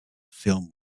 film